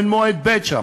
אין מועד ב' שם.